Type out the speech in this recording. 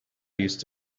used